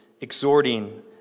exhorting